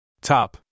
Top